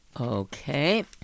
Okay